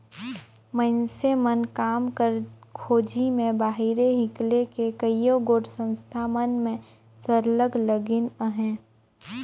मइनसे मन काम कर खोझी में बाहिरे हिंकेल के कइयो गोट संस्था मन में सरलग लगिन अहें